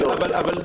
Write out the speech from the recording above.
מצוין, אבל יש דרך.